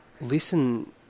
listen